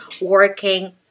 working